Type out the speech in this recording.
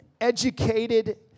educated